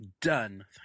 done